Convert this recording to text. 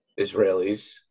Israelis